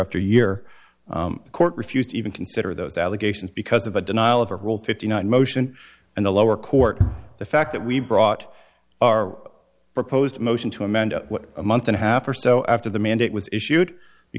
after year the court refused to even consider those allegations because of a denial of a rule fifty nine motion and the lower court the fact that we brought our proposed motion to amend a month and a half or so after the mandate was issued